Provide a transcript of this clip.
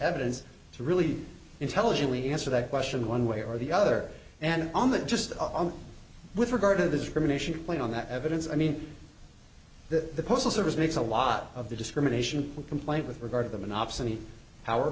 evidence to really intelligently answer that question one way or the other and on that just on with regard to the discrimination plain on that evidence i mean that the postal service makes a lot of the discrimination complaint with regard to the monopsony power